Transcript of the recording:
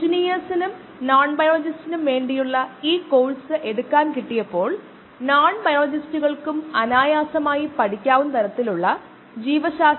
വലിയ അളവിൽ ആവശ്യമുള്ളപ്പോൾ ഈ മോണോക്ലോണൽ ആന്റിബോഡികൾ ബയോ റിയാക്ടറുകൾ അല്ലെങ്കിൽ ബയോപ്രൊസസ്സുകൾ വഴി ഉൽപാദിപ്പിക്കപ്പെടുന്നു അങ്ങനെയാണ് നമ്മൾ ആരംഭിച്ചത്